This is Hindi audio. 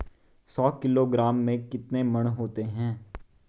सौ किलोग्राम में कितने मण होते हैं?